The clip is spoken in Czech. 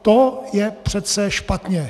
To je přece špatně.